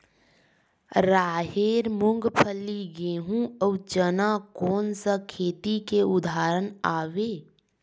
राहेर, मूंगफली, गेहूं, अउ चना कोन सा खेती के उदाहरण आवे?